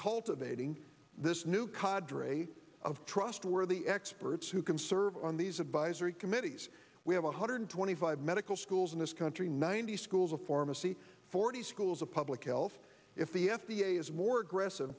cultivating this new qadri of trustworthy experts who can serve on these advisory committees we have one hundred twenty five medical schools in this country ninety schools a pharmacy forty schools a public health if the f d a is more aggressive